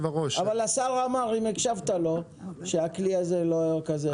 השר אמר שהכלי הזה הוא לא כזה משהו.